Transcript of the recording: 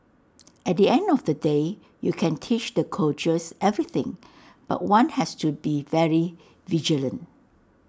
at the end of the day you can teach the coaches everything but one has to be very vigilant